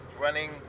running